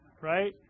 right